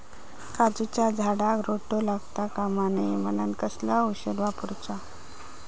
काजूच्या झाडांका रोटो लागता कमा नये म्हनान कसला औषध वापरूचा?